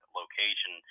location